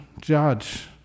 judge